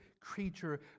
creature